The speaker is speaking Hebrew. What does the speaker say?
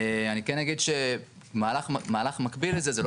אני כן אגיד שמהלך מקביל לזה זה לא